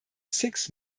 six